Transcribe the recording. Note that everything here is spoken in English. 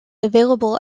available